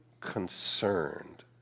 concerned